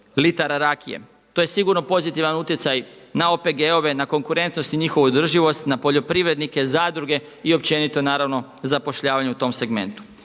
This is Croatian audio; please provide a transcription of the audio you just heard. litara rakije. To je sigurno pozitivan utjecaj na OPG-ove, na konkurentnost i njihovu održivost, na poljoprivrednike, zadruge i općenito naravno zapošljavanje u tom segmentu.